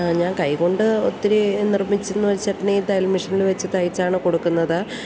ഞാൻ കൈകൊണ്ട് ഒത്തിരി നിർമ്മിച്ചെന്നു വെച്ചിട്ടുണ്ടെങ്കിൽ തയ്യൽ മിഷീനിൽ വെച്ചു തയ്ച്ചാണ് കൊടുക്കുന്നത്